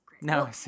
No